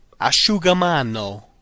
Asciugamano